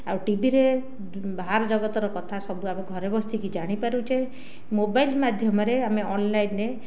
ଆଉ ଟିଭିରେ ବାହାର ଜଗତର କଥା ସବୁ ଆମେ ଘରେ ବସିକି ଜାଣିପାରୁଛେ ମୋବାଇଲ ମାଧ୍ୟମରେ ଆମେ ଅନଲାଇନରେ